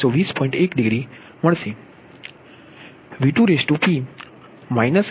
1 degree અડેવિભાજિત થશે